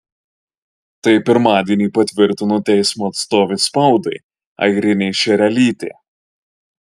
tai pirmadienį patvirtino teismo atstovė spaudai airinė šerelytė